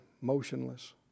motionless